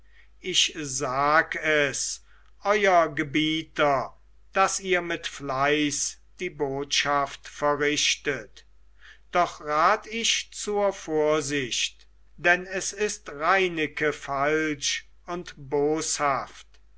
ich sag es euer gebieter daß ihr mit fleiß die botschaft verrichtet doch rat ich zur vorsicht denn es ist reineke falsch und boshaft